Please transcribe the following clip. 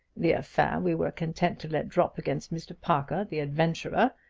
the affair we were content to let drop against mr. parker, the adventurer,